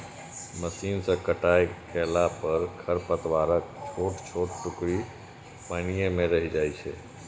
machine सं कटाइ कयला पर खरपतवारक छोट छोट टुकड़ी पानिये मे रहि जाइ छै